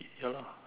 ya lah